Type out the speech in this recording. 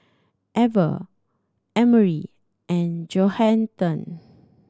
Ever Emery and Johathan